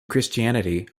christianity